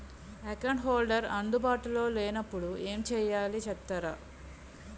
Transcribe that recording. Account holder అందు బాటులో లే నప్పుడు ఎం చేయాలి చెప్తారా?